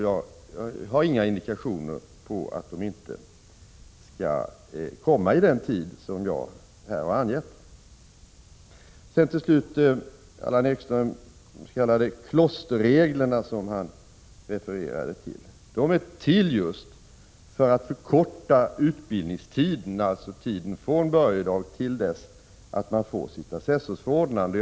Jag har inga indikationer på att de inte skall bli färdiga med sitt arbete inom den tid jag här har angett. De s.k. klosterreglerna, som Allan Ekström refererade till, är till just för att förkorta utbildningstiden, alltså tiden från börjedag till dess att man får sitt assessorsförordnande.